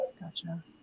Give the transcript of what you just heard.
gotcha